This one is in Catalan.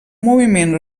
moviment